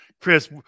Chris